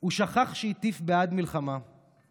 / הוא שכח שהטיף בעד מלחמה /